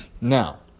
Now